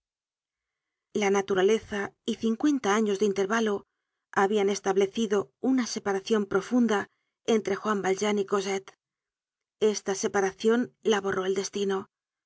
la naturaleza y cincuenta años de intervalo habian establecido una separacion profunda entre juan valjean y cosette esta separacion la borró el destino